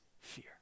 fear